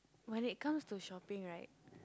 when it comes to shopping right